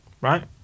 right